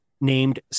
named